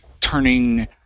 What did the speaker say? turning